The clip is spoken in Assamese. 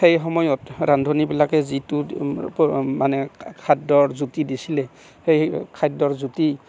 সেই সময়ত ৰান্ধনীবিলাকে যিটো মানে খাদ্যৰ জুতি দিছিলে সেই খাদ্যৰ জুতি